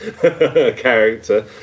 character